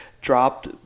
dropped